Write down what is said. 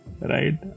right